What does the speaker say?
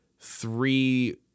three